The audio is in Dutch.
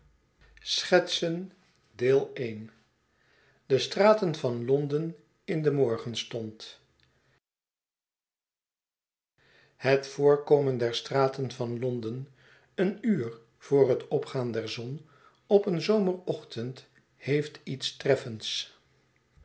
de straten van londen in den morgenstond het voorkomen der straten van londen een uur voor het opgaan der zon op een zomerochtend heeft iets